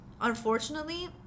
unfortunately